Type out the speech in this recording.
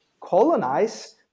colonize